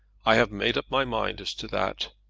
i have made up my mind as to that.